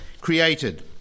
created